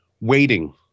Waiting